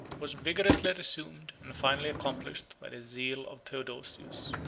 was vigorously resumed, and finally accomplished, by the zeal of theodosius.